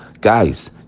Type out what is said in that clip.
Guys